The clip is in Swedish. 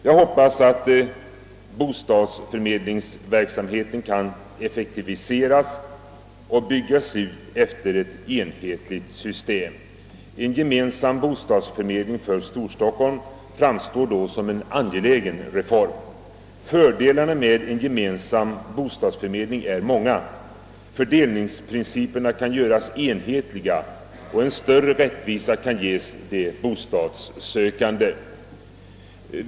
Jag hoppas att bostadsförmedlingsverksamheten kan effektiviseras och byggas ut efter ett enhetligt system. En gemensam bostadsförmedling för Storstockholm framstår som en angelägen reform. Fördelarna med en gemensam bostadsförmedling är många. Fördelningsprinciperna kan göras enhetliga, och större rättvisa kan ges de bostadssökande.